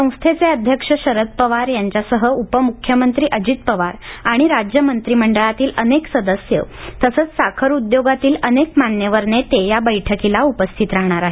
संस्थेचे अध्यक्ष शरद पवार यांच्यासह उपम्ख्यमंत्री अजित पवार आणि राज्य मंत्रिमंडळातील अनेक सदस्य तसंच साखर उद्योगातील अनेक मान्यवर नेते या बैठकीला उपस्थित राहणार आहेत